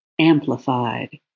amplified